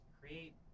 create